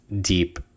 deep